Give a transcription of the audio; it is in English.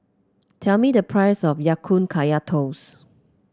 tell me the price of Ya Kun Kaya Toast